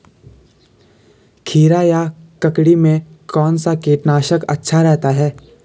खीरा या ककड़ी में कौन सा कीटनाशक अच्छा रहता है?